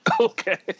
Okay